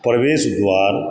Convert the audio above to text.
प्रवेश द्वार